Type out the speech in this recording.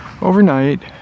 Overnight